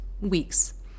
weeks